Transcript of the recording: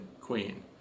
queen